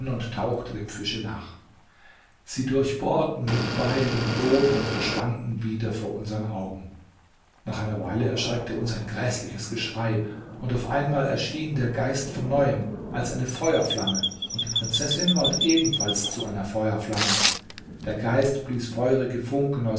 und tauchte dem fische nach sie durchbohrten nun beide den boden und verschwanden wieder vor unsern augen nach einer weile erschreckte uns ein gräßliches geschrei und auf einmal erschien der geist von neuem als eine feuerflamme und die prinzessin ward ebenfalls zu einer feuerflamme der geist blies feurige funken